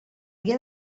dia